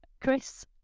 chris